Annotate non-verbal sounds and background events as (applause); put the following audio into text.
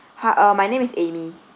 (noise) uh my name is amy